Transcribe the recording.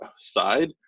side